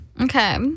Okay